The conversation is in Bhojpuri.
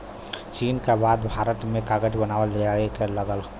चीन क बाद भारत में कागज बनावल जाये लगल